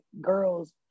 girls